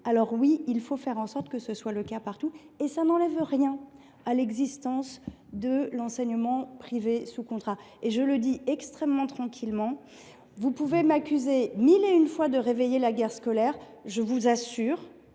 alors nous devons veiller à ce que ce soit le cas partout. Cela n’enlève rien à l’existence de l’enseignement privé sous contrat. Je le dis très tranquillement : vous pouvez m’accuser mille et une fois de réveiller la guerre scolaire, mais je vous assure